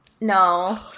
No